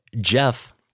Jeff